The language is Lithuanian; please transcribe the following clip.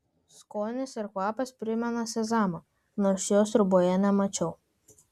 skonis ir kvapas primena sezamą nors jo sriuboje nemačiau